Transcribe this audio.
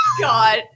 God